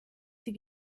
sie